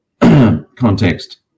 context